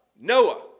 Noah